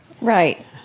Right